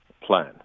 plan